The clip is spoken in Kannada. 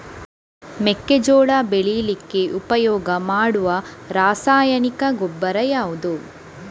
ಮೆಕ್ಕೆಜೋಳ ಬೆಳೀಲಿಕ್ಕೆ ಉಪಯೋಗ ಮಾಡುವ ರಾಸಾಯನಿಕ ಗೊಬ್ಬರ ಯಾವುದು?